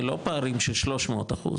אלה לא פערים של 300 אחוז,